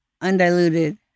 undiluted